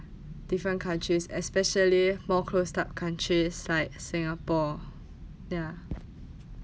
different countries especially more close up countries like singapore ya